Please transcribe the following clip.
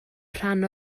rhan